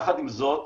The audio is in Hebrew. יחד עם זאת,